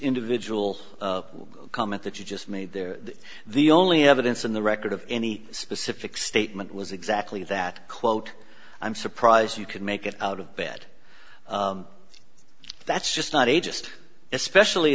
individual comment that you just made there the only evidence in the record of any specific statement was exactly that quote i'm surprised you could make it out of bed that's just not a just especially